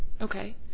Okay